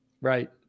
Right